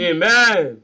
Amen